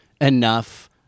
enough